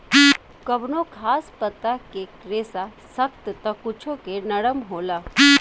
कवनो खास पता के रेसा सख्त त कुछो के नरम होला